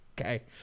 okay